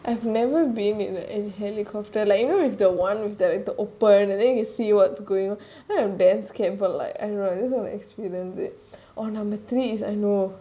I have never been in in a helicopter like you know the one with the the open and then you can see what's going you know I'm damn scared but like you know I just want to experience it oh number three is I know